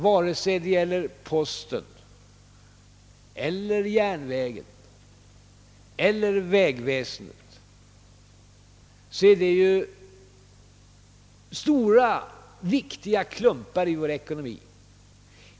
Vare sig det gäller posten, järnvägen eller vägväsendet är det fråga om stora, viktiga klumpar av vår ekonomi.